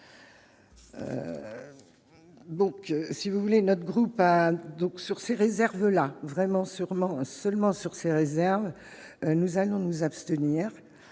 Donc si vous voulez, notre groupe a donc sur ses réserves là vraiment sûrement seulement sur ses réserves, nous allons nous abstenir